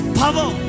power